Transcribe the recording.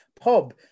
pub